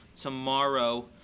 tomorrow